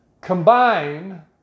combine